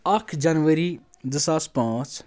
اکھ جنؤری زٕ ساس پانٛژھ